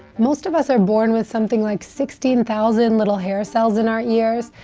most of us are born with something like sixteen thousand little hair cells in our ears,